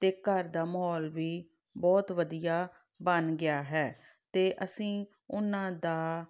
ਅਤੇ ਘਰ ਦਾ ਮਾਹੌਲ ਵੀ ਬਹੁਤ ਵਧੀਆ ਬਣ ਗਿਆ ਹੈ ਅਤੇ ਅਸੀਂ ਉਹਨਾਂ ਦਾ